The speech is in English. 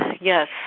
Yes